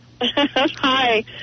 Hi